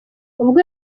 ubwo